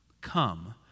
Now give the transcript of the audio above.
Come